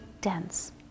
dense